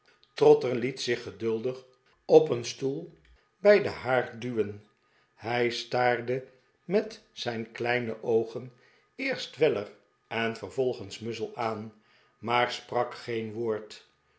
trotter liet zich geduldig op een stoel bij den haard duwen hij staarde met zijn kleine oogen eerst weller en vervolgens muzzle aan maar sprak geen woord